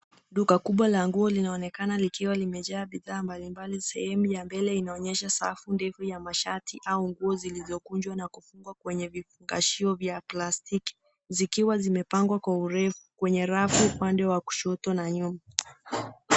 Duka kubwa la nguo linaonekana likiwa limejaa bidhaa mbali mbali. Sehemu ya mbele inaonyesha safu ndefu ya mashati au nguo zilizokunjwa na kufungwa kwenye vifungashio vya plastiki, zikiwa zimepangwa kwa urefu kwenye rafu upande wa kushoto.